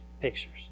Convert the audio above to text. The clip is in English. pictures